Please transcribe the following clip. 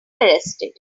arrested